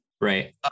Right